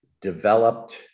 developed